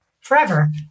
forever